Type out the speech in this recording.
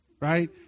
Right